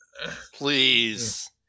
Please